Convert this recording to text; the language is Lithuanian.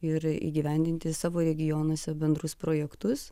ir įgyvendinti savo regionuose bendrus projektus